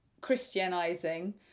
Christianizing